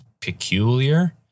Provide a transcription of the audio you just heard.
peculiar